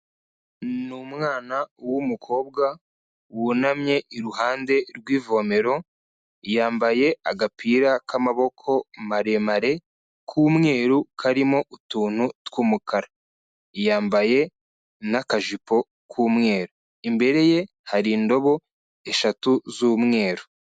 Ni umwana w'umukobwa wunamye iruhande rw'ivomero, yambaye agapira k'amaboko maremare k'umweru karimo utuntu tw'umukara yambaye n'akajipo k'umweru, imbere ye hari indobo eshatu z'umweru.